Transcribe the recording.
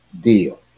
deal